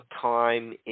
time